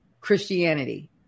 Christianity